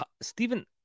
Stephen